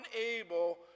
unable